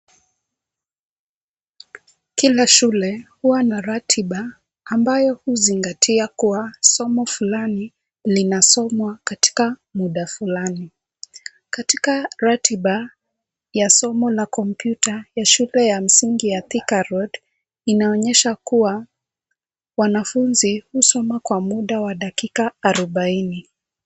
Kila shule huwa na ratiba ambayo huzingatia kwa somo fulani linasomwa katika muda fulani. Katika ratiba ya somo na kompyuta na shule ya msingi ya Thika Road inaonyesha kuwa wanafunzi husoma kwa dakika arubaini.